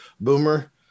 boomer